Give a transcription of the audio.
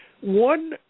One